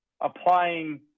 applying